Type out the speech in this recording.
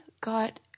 got